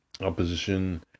opposition